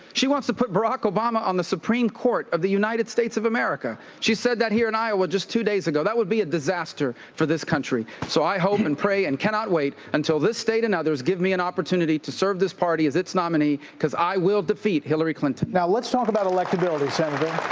she wants to put barack obama on the supreme court of the united states of america. she said that here in iowa just two days ago. that would be a disaster for this country. so i hope and pray and cannot wait until this state and others give me an opportunity to serve this party as its nominee because i will defeat hillary clinton. now let's talk about electability, senator.